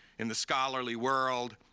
in the scholarly world,